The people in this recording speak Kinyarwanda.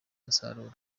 umusaruro